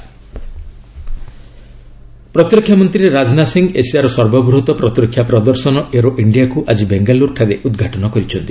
aero India ପ୍ରତିରକ୍ଷା ମନ୍ତ୍ରୀ ରାଜନାଥ ସିଂହ ଏସିଆର ସର୍ବବୃହତ୍ ପ୍ରତିରକ୍ଷା ପ୍ରଦର୍ଶନ 'ଏରୋ ଇଣ୍ଡିଆ'କୁ ଆକି ବେଙ୍ଗାଲୁରୁଠାରେ ଉଦ୍ଘାଟନ କରିଛନ୍ତି